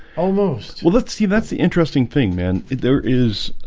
almost well let's see. that's the interesting thing man. there is